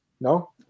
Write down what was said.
No